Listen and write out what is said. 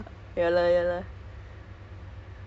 ya not like I can go out